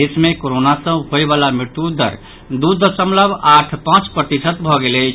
देश मे कोरोना सँ होबयवाल मृत्यु दर दू दशमलव आठ पांच प्रतिशत भऽ गेल अछि